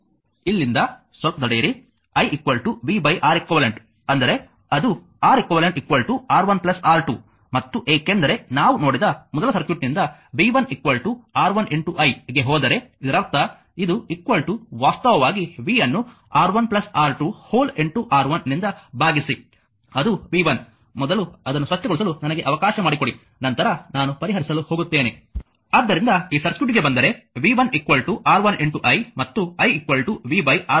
ಇಲ್ಲಿಂದ ಸ್ವಲ್ಪ ತಡೆಯಿರಿ i v Req ಅಂದರೆ ಅದು ReqR1 R2 ಮತ್ತು ಏಕೆಂದರೆ ನಾವು ನೋಡಿದ ಮೊದಲ ಸರ್ಕ್ಯೂಟ್ನಿಂದ v 1 R1 i ಗೆ ಹೋದರೆ ಇದರರ್ಥಇದು ವಾಸ್ತವವಾಗಿ v ಅನ್ನು R1 R2 R1 ನಿಂದ ಭಾಗಿಸಿ ಅದು v 1 ಮೊದಲು ಅದನ್ನು ಸ್ವಚ್ಛಗೊಳಿಸಲು ನನಗೆ ಅವಕಾಶ ಮಾಡಿಕೊಡಿ ನಂತರ ನಾನು ಪರಿಹರಿಸಲು ಹೋಗುತ್ತೇನೆ ಆದ್ದರಿಂದ ಈ ಸರ್ಕ್ಯೂಟ್ಗೆ ಬಂದರೆ v 1 R1 i ಮತ್ತು i v R1 R2